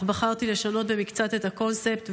אך בחרתי לשנות במקצת את הקונספט,